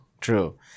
true